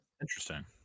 interesting